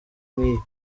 nk’iyo